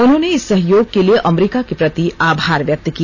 उन्होंने इस सहयोग के लिये अमरीका के प्रति आभार व्यक्त किया